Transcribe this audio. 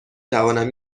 توانم